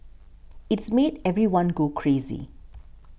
it's made everyone go crazy